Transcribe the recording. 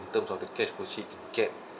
in terms of the cash proceeds you get